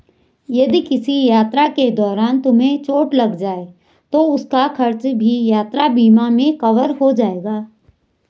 यदि किसी यात्रा के दौरान तुम्हें चोट लग जाए तो उसका खर्च भी यात्रा बीमा में कवर हो जाएगा